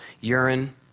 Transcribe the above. urine